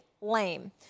Lame